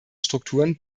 strukturen